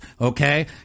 Okay